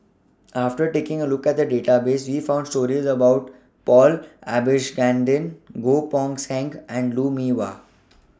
after taking A Look At The Database We found stories about Paul Abisheganaden Goh Poh Seng and Lou Mee Wah